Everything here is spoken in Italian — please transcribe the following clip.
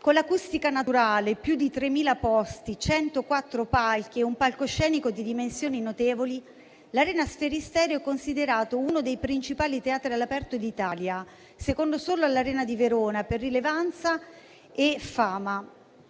con l'acustica naturale, più di 3.000 posti, 104 palchi e un palcoscenico di dimensioni notevoli, l'Arena Sferisterio è considerato uno dei principali teatri all'aperto d'Italia, secondo solo all'Arena di Verona per rilevanza e fama.